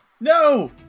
No